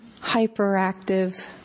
hyperactive